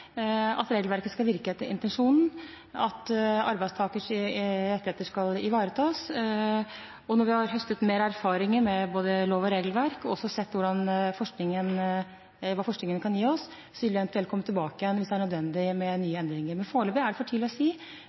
at regelverket skal virke etter intensjonen, og at arbeidstakers rettigheter skal ivaretas. Når vi har høstet mer erfaringer med både lov- og regelverk og også sett hva forskningen kan gi oss, vil vi eventuelt komme tilbake igjen hvis det er nødvendig med nye endringer, men foreløpig er det for tidlig å si